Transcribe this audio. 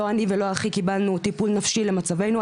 לא אני ולא אחי קיבלנו טיפול נפשי למצבנו.